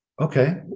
okay